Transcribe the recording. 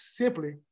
simply